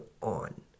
on